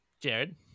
Jared